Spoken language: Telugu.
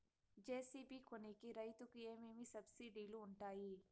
జె.సి.బి కొనేకి రైతుకు ఏమేమి సబ్సిడి లు వుంటాయి?